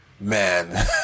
man